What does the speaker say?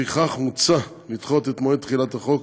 לפיכך מוצע לדחות את מועד תחילת החוק